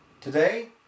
Today